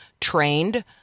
trained